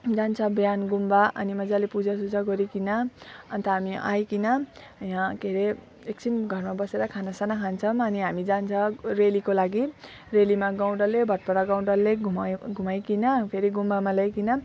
जान्छ बिहान गुम्बा अनि मजाले पूजा सूजा गरीकन अन्त हामी आईकन यहाँ के अरे एकछिन घरमा बसेर खाना साना खान्छौँ अनि हामी जान्छौँ रेलीको लागि रेलीमा गाउँ डल्लै भटपाडा गाउँ डल्लै घुमायो घुमाईकन फेरि गुम्बामा ल्याईकन